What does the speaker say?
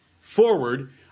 forward